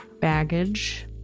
baggage